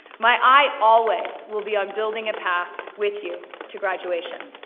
my eye always will be on building a path with you to graduation.